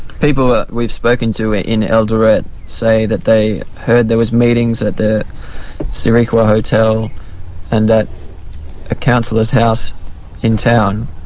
people that we've spoken to ah in eldoret say that they heard there was meetings, at the sirikwa hotel and at a counsellor's house in town,